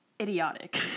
idiotic